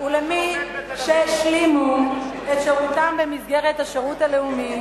ולמי שהשלימו את שירותם במסגרת השירות הלאומי